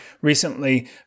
recently